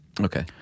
Okay